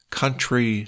country